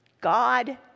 God